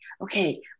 Okay